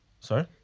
Sorry